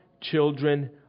children